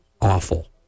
awful